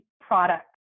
product